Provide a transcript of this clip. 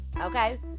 okay